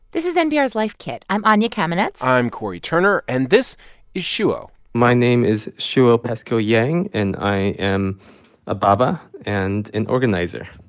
this is npr's life kit. i'm anya kamenetz i'm cory turner. and this is shuo my name is shuo peskoe-yang. and i am a baba and an organizer.